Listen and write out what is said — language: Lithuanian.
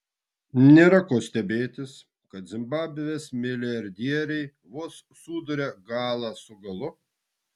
nėra ko stebėtis kad zimbabvės milijardieriai vos suduria galą su galu